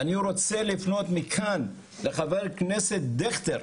אני רוצה לפנות מכאן לחבר הכנסת דיכטר,